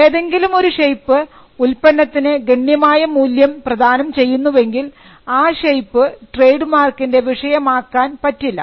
ഏതെങ്കിലും ഒരു ഷേപ്പ് ഉൽപ്പന്നത്തിന് ഗണ്യമായ മൂല്യം പ്രദാനം ചെയ്യുന്നുവെങ്കിൽ ആ ഷേപ്പ് ട്രേഡ് മാർക്കിൻറെ വിഷയമാക്കാൻ പറ്റില്ല